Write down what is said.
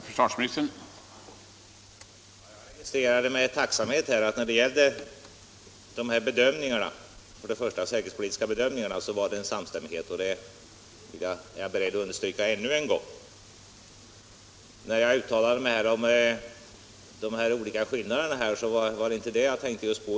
Herr talman! Jag registrerade med tacksamhet att det beträffande de säkerhetspolitiska bedömningarna rådde en samstämmighet, och det är jag beredd att understryka ännu en gång. När jag uttalade mig om de skillnader som föreligger var det inte detta jag tänkte på.